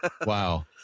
Wow